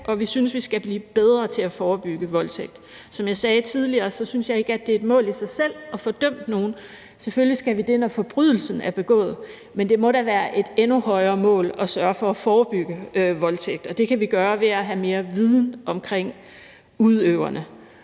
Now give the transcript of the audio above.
og vi synes, vi skal blive bedre til at forebygge voldtægt. Som jeg sagde tidligere, synes jeg ikke, det er et mål i sig selv at få nogen dømt. Selvfølgelig skal vi gøre det, når forbrydelsen er begået, men det må da være et endnu højere mål at sørge for at forebygge voldtægter, og det kan vi gøre ved at have mere viden omkring udøverne.